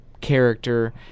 character